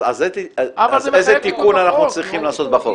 אז איזה תיקון אנחנו צריכים לעשות בחוק.